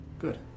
Good